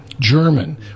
German